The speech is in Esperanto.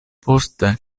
poste